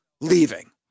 leaving